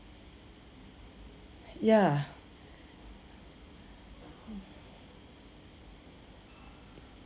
ya